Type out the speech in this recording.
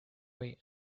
way